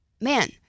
man